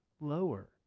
lower